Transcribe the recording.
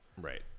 Right